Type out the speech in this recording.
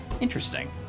interesting